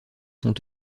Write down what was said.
sont